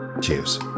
cheers